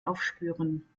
aufspüren